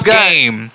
game